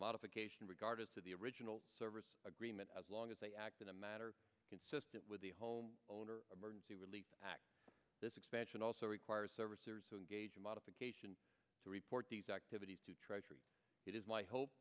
modification regardless of the original service agreement as long as they act in a matter consistent with the home owner emergency relief act this expansion also requires servicers and gauging modification to report these activities to treasury it is my ho